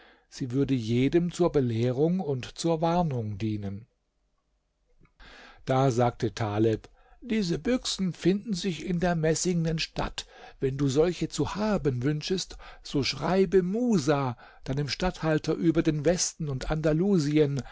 sie würde jedem zur belehrung und zur warnung dienen da sagte taleb diese büchsen finden sich in der messingnen stadt wenn du solche zu haben wünschest so schreibe musa deinem statthalter über den westen und andalusien